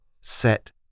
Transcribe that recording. set